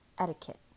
etiquette